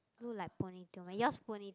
look like ponytail eh yours ponytail